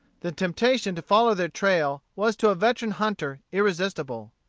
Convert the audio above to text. the temptation to follow their trail was to a veteran hunter irresistible.